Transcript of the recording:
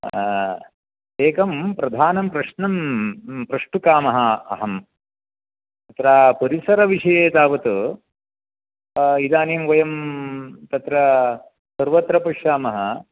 अ एकं प्रधानं प्रश्नं प्रष्टुकामः अहं तत्र परिसरविषये तावत इदानीं वयं तत्र सर्वत्र पश्यामः